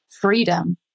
freedom